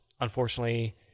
unfortunately